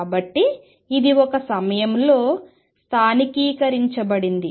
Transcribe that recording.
కాబట్టి ఇది ఒక సమయంలో స్థానికీకరించబడింది